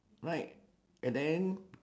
right and then